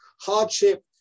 Hardship